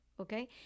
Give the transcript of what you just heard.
okay